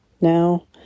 now